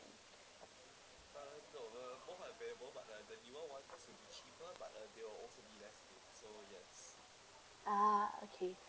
ah okay